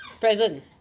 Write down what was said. Present